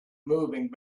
moving